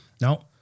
No